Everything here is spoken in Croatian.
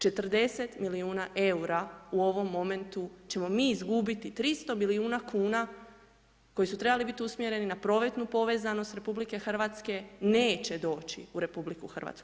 40 milijuna eura u ovom momentu ćemo mi izgubiti 300 milijuna kuna koji su trebali biti usmjereni na prometnu povezanost RH, neće doći u RH.